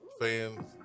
fans